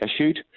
issued